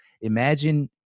imagine